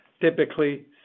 Typically